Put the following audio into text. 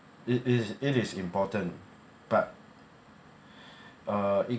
it is it is important but uh it